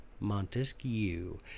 Montesquieu